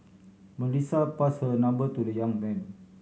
Melissa passed her number to the young man